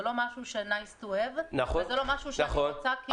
זה לא משהו ש-nice to have וזה לא משהו שאני רוצה.